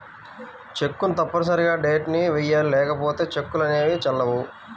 చెక్కును తప్పనిసరిగా డేట్ ని వెయ్యాలి లేకపోతే చెక్కులు అనేవి చెల్లవు